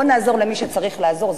בואו נעזור למי שצריך לעזור.